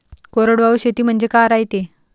कोरडवाहू शेती म्हनजे का रायते?